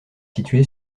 situé